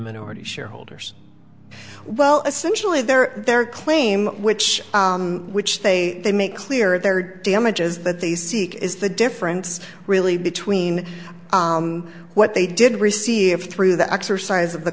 minority shareholders well essentially their their claim which which they they make clear their damages that they seek is the difference really between what they did receive through the exercise of the